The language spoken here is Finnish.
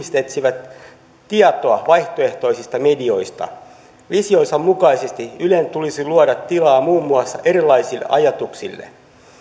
ihmiset etsivät tietoa vaihtoehtoisista medioista visionsa mukaisesti ylen tulisi luoda tilaa muun muassa erilaisille ajatuksille